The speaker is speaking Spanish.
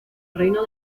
reino